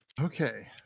okay